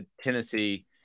Tennessee